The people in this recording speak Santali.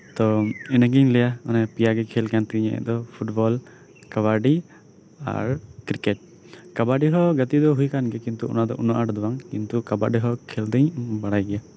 ᱛᱚ ᱤᱱᱟᱹᱜᱮᱧ ᱞᱟᱹᱭᱟ ᱚᱱᱮ ᱯᱮᱭᱟ ᱜᱮ ᱠᱷᱮᱞ ᱠᱟᱱ ᱛᱤᱧᱟ ᱤᱧᱟᱜ ᱫᱚ ᱯᱷᱩᱴᱵᱚᱞ ᱠᱟᱵᱟᱰᱤ ᱟᱨ ᱠᱨᱤᱠᱮᱴ ᱠᱟᱵᱟᱰᱤ ᱦᱚᱸ ᱜᱟᱛᱮ ᱫᱚ ᱦᱳᱭ ᱠᱟᱱ ᱜᱮᱭᱟ ᱠᱤᱱᱛᱩ ᱚᱱᱟ ᱫᱚ ᱩᱱᱟᱹᱜ ᱟᱸᱴ ᱫᱚ ᱵᱟᱝ ᱠᱤᱱᱛᱩ ᱠᱟᱵᱟᱰᱤ ᱦᱚᱸ ᱠᱷᱮᱞ ᱫᱩᱧ ᱵᱟᱲᱟᱭ ᱜᱮᱭᱟ